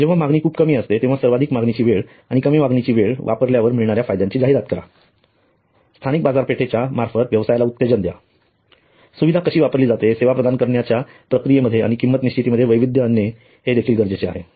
जेव्हा मागणी खूप कमी असते तेव्हा सर्वाधिक मागणीची वेळ आणि कमी मागणीची वेळ वापरल्यावर मिळणाऱ्या फायद्यांची जाहिरात करा स्थानिक बाजारपेठेच्या मार्फत व्यवसायाला उत्तेजन द्या सुविधा कशी वापरली जाते सेवा प्रदान करण्याच्या प्रक्रियेमध्ये आणि किंमत निश्चितीमध्ये वैविध्य आणणे देखील गरजेचं आहे